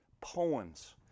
poems